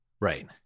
Right